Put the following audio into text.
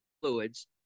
fluids